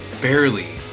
barely